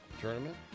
tournament